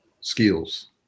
skills